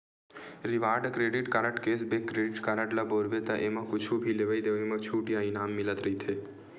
reward credit card, cashback credit card ल बउरबे त एमा कुछु भी लेवइ देवइ म छूट या इनाम मिलत रहिथे